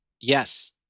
Yes